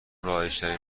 رایجترین